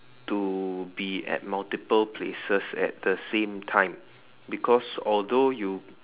to be at multiple places at the same time because although you